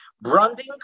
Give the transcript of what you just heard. branding